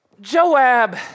Joab